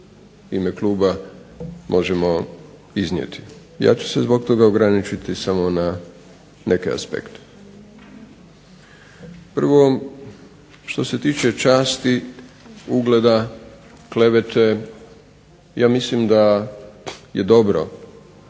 ime kluba možemo iznijeti. Ja ću se zbog toga ograničiti samo na neke aspekte. Prvo, što se tiče časti, ugleda, klevete ja mislim da je dobro